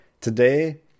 today